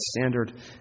standard